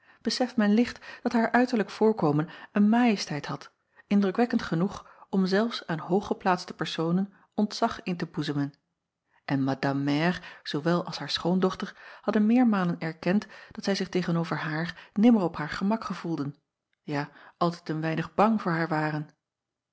beseft men licht dat haar uiterlijk voorkomen een majesteit had indrukwekkend genoeg om zelfs aan hooggeplaatste personen ontzag in te boezemen en madame mère zoowel als haar schoondochter hadden meermalen erkend dat zij zich tegen-over haar nimmer op haar gemak gevoelden ja altijd een weinig bang voor haar waren